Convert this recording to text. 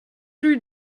rue